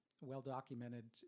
well-documented